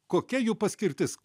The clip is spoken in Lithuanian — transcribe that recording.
kokia jų paskirtis